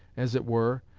as it were,